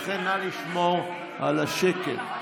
לכן, נא לשמור על השקט.